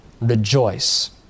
Rejoice